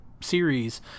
series